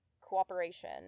cooperation